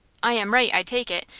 i am right, i take it,